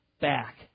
back